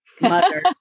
mother